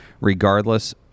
regardless